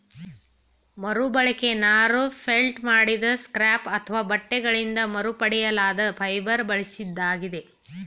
ಮರುಬಳಕೆ ನಾರು ಫೆಲ್ಟ್ ಮಾಡಿದ ಸ್ಕ್ರ್ಯಾಪ್ ಅಥವಾ ಬಟ್ಟೆಗಳಿಂದ ಮರುಪಡೆಯಲಾದ ಫೈಬರ್ ಬಳಸಿದಾಗಿದೆ